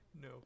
No